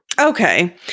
Okay